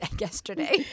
yesterday